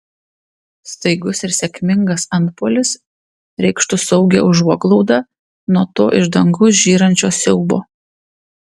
staigus ir sėkmingas antpuolis reikštų saugią užuoglaudą nuo to iš dangaus žyrančio siaubo